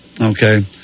Okay